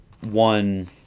one